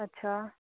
अच्छा